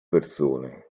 persone